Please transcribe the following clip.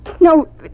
No